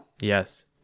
Yes